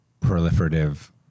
proliferative